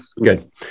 Good